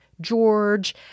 George